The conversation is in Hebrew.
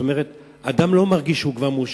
אדם לא מרגיש שהוא מושחת,